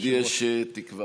אז עוד יש תקווה.